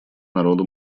народу